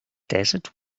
desert